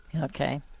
Okay